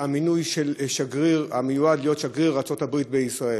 המינוי של המיועד להיות שגריר ארצות-הברית בישראל.